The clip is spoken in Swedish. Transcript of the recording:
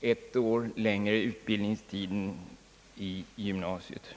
ett år längre utbildningstiden i gymnasiet.